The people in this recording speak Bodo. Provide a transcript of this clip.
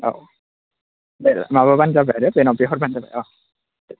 औ बे माबाबानो जाबाय आरो बेनाव बिहरबानो जाबाय